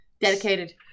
dedicated